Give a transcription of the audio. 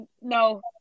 No